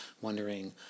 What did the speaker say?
wondering